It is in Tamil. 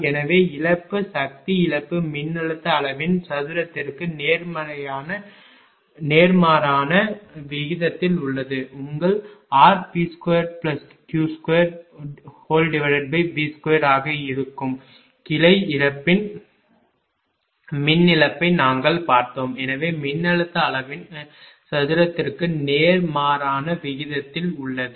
எனவே இழப்பு சக்தி இழப்பு மின்னழுத்த அளவின் சதுரத்திற்கு நேர்மாறான விகிதத்தில் உள்ளது உங்கள் rP2Q2V2 ஆக இருக்கும் கிளை இழப்பின் மின் இழப்பை நாங்கள் பார்த்தோம் எனவே மின்னழுத்த அளவின் சதுரத்திற்கு நேர்மாறான விகிதத்தில் உள்ளது